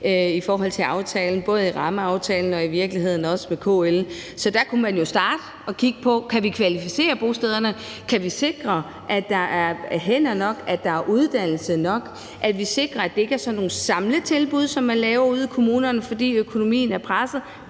i støbeskeen i aftalen, både i rammeaftalen og i virkeligheden også i KL. Så der kunne man jo starte med at kigge på, om vi kan kvalificere bostederne, om vi kan sikre, at der er hænder nok, at der er uddannelse nok, og om vi kan sikre, at det ikke er sådan nogle samletilbud, som man laver ude i kommunerne, fordi økonomien er presset.